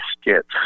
skits